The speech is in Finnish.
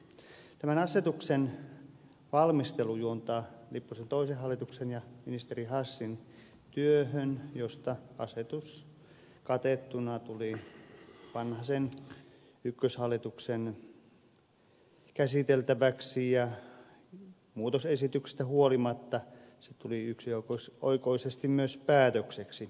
tämän asetuksen valmistelu juontaa lipposen toisen hallituksen ja ministeri hassin työhön josta asetus katettuna tuli vanhasen ykköshallituksen käsiteltäväksi ja muutosesityksistä huolimatta se tuli yksioikoisesti myös päätökseksi